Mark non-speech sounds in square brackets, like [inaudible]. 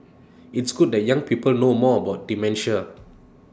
it's good that young people know more about dementia [noise]